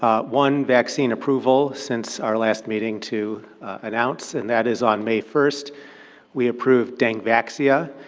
one vaccine approval since our last meeting to announce, and that is on may first we approved dengvaxia,